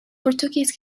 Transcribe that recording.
portuguese